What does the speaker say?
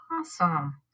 awesome